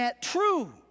true